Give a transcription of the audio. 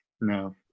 No